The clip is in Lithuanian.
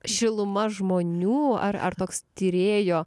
šiluma žmonių ar ar toks tyrėjo